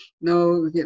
no